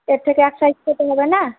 এর থেকে এক সাইজ ছোটো হবে না